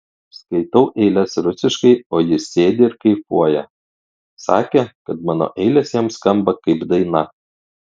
skaitau eiles rusiškai o jis sėdi ir kaifuoja sakė kad mano eilės jam skamba kaip daina